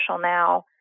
now